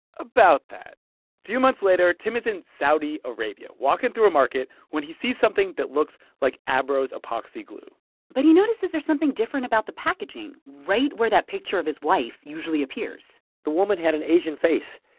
about that. a few months later, tim is in saudi arabia walking through a market when he sees something that looks like abro's epoxy glue but he notices there's something different about the packaging. right where that picture of his wife usually appears. the woman had an asian face.